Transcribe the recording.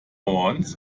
ones